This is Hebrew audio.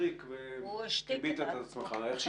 אנחנו נמצאים בירידה קלה מהשבוע שעבר של